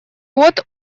вот